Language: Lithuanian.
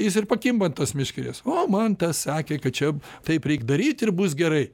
jis ir pakimba ant tos meškerės o man tas sakė kad čia taip reik daryt ir bus gerai